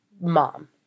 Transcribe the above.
mom